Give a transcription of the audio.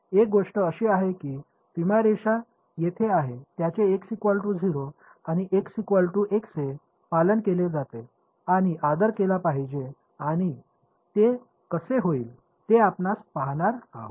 एक गोष्ट अशी आहे की सीमारेषा तेथे आहेत त्यांचे आणि पालन केले पाहिजे आणि आदर केला पाहिजे आणि ते कसे होईल हे आपण पाहणार आहोत